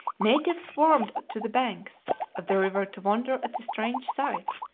natives swarmed to the banks of the river to wonder at the strange sight,